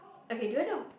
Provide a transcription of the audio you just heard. okay do you wanna